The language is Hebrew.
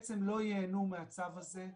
בעצם לא ייהנו מהצו הזה.